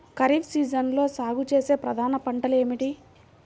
ఖరీఫ్ సీజన్లో సాగుచేసే ప్రధాన పంటలు ఏమిటీ?